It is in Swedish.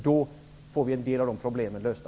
Då får vi en del av problemen lösta.